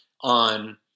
on